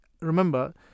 remember